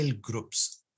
groups